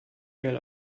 mail